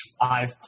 five